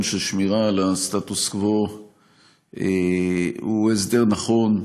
של שמירה על הסטטוס קוו הוא הסדר נכון,